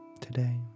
today